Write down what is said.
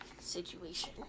situation